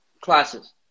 classes